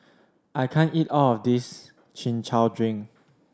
I can't eat all of this Chin Chow drink